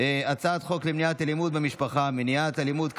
הצעת חוק למניעת אלימות במשפחה (מניעת אלימות כלכלית)